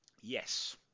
Yes